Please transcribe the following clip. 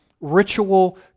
ritual